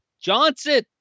Johnson